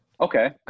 Okay